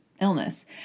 illness